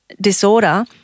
disorder